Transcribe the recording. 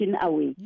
away